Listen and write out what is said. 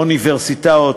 אוניברסיטאות,